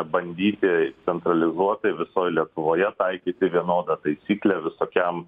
bandyti centralizuotai visoj lietuvoje taikyti vienodą taisyklę visokiam